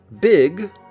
big